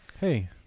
Hey